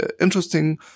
interesting